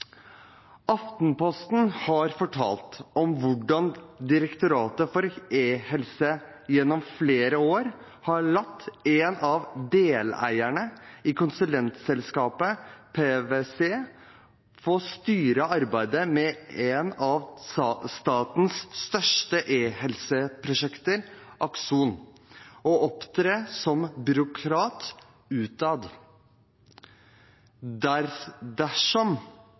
Aftenposten har fortalt om hvordan Direktoratet for e-helse gjennom flere år har latt en av deleierne i konsulentselskapet PwC få styre arbeidet med et av statens største e-helseprosjekter, Akson, og opptre som byråkrat utad. Dersom